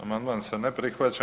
Amandman se ne prihvaća.